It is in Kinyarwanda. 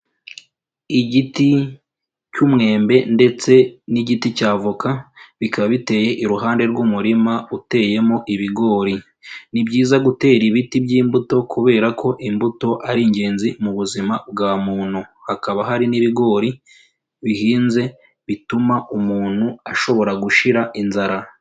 Igiti cy'umwembe ndetse n'igiti cy'avoka bikaba biteye iruhande rw'umurima uteyemo ibigori, ni byiza gutera ibiti by'imbuto kubera ko imbuto ari ingenzi mu buzima bwa muntu, hakaba hari n'ibigori bihinze bituma umuntu ashobora gushira inzara.